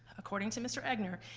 according to mr. egnor,